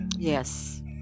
Yes